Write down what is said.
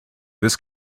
this